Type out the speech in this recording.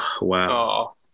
Wow